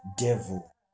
devil